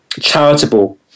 charitable